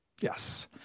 yes